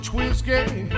whiskey